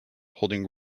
holding